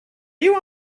you